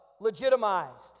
legitimized